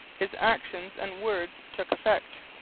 his actions and words took effect.